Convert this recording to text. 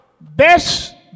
best